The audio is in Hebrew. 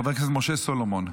חבר הכנסת משה סולומון.